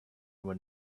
when